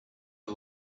who